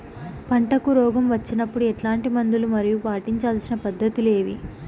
పంటకు రోగం వచ్చినప్పుడు ఎట్లాంటి మందులు మరియు పాటించాల్సిన పద్ధతులు ఏవి?